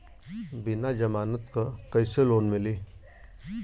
बिना जमानत क कइसे लोन मिली?